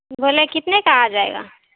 بولے کتنے کا آجائے گا